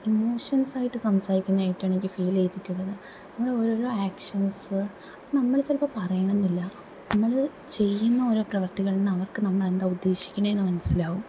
ഇമോഷൻസായിട്ട് സംസാരിക്കുന്നതായിട്ടാണ് എനിക്ക് ഫീല് ചെയ്തിട്ടുള്ളത് നമ്മള് ഓരോരോ ആക്ഷന്സ് നമ്മള് ചിലപ്പോൾ പറയണം എന്നില്ല നമ്മള് ചെയ്യുന്ന ഓരോ പ്രവര്ത്തികള് അവര്ക്ക് നമ്മള് എന്താ ഉദ്ദേശിക്കുന്നതെന്ന് മനസിലാവും